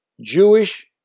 Jewish